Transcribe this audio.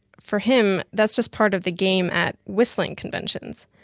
for him, that's just part of the game at, whistling conventions.